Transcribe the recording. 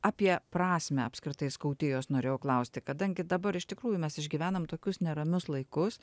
apie prasmę apskritai skautijos norėjau klausti kadangi dabar iš tikrųjų mes išgyvenam tokius neramius laikus